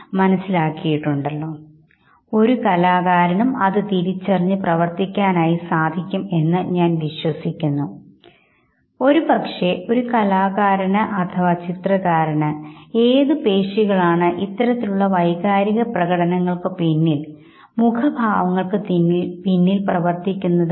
എന്നിങ്ങനെയുള്ള ചോദ്യങ്ങൾ നിങ്ങളോട് ചോദിക്കും എന്നാൽ സുപ്രഭാതം നിങ്ങളെ കണ്ടതിൽ സന്തോഷം ഉണ്ട് എന്നിങ്ങനെ വളരെ ഔപചാരികമായി പറയുന്ന വ്യക്തികളെയാണ്നാം കണ്ടുമുട്ടുന്നത് എങ്കിൽ അത്തരം വ്യക്തികൾ നിങ്ങളിൽ വലിയ വൈകാരിക മാറ്റങ്ങൾ ഒന്നും ഉണ്ടാക്കുന്നില്ല